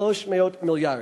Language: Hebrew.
300 מיליארד.